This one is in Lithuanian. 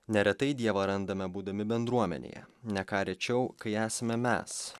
neretai dievą randame būdami bendruomenėje ne ką rečiau kai esame mes